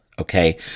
okay